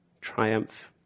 triumph